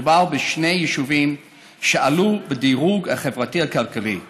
מדובר בשני יישובים שעלו בדירוג החברתי-הכללי,